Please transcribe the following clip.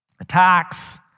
Attacks